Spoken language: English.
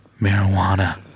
marijuana